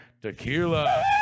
tequila